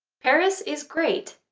paris is great,